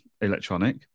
electronic